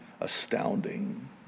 astounding